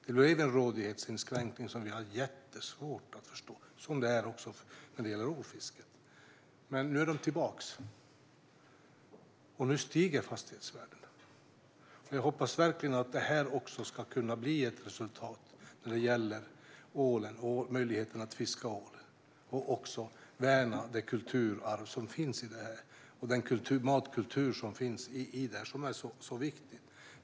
Det blev en rådighetsinskränkning som vi hade mycket svårt att förstå, som det också är för ålfisket. Men nu är laxen tillbaka, och nu stiger fastighetsvärdena. Jag hoppas verkligen att det också ska bli resultatet för ålen så att det ska bli möjligt att fiska ål. Därmed kan kulturarvet och matkulturen värnas. Det är viktigt.